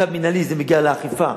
צו מינהלי מגיע לאכיפה